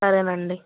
సరేనండి